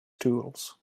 tools